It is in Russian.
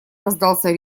раздался